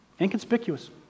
Inconspicuous